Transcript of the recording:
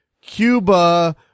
Cuba